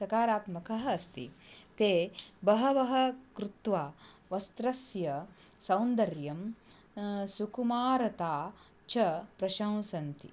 सकारात्मकः अस्ति ते बहवः कृत्वा वस्त्रस्य सौन्दर्यं सुकुमारता च प्रशंसन्ति